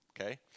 okay